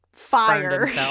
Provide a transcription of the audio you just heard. fire